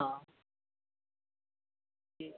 हा ते